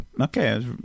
okay